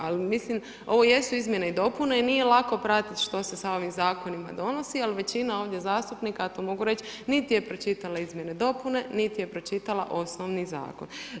Ali mislim ovo jesu izmjene i dopune i nije lako pratiti što se sa ovim zakonima donosi, ali većina ovdje zastupnika ja to mogu reći niti je pročitala izmjene i dopune, niti je pročitala osnovni zakon.